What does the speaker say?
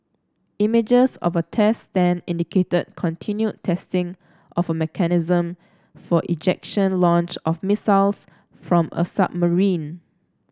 images of a test stand indicated continued testing of a mechanism for ejection launch of missiles from a submarine